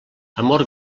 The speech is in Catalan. amor